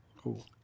Cool